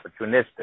opportunistic